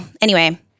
anyway-